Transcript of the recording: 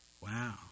Wow